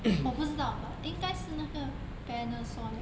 我不知道 but 应该是那个 Panasonic